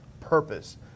purpose